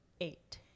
eight